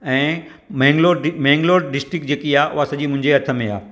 ऐं डिस्ट्रीक्ट जेकी आहे उहा सॼी मुंहिंजे हथ में आहे